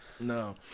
No